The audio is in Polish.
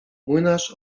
młynarz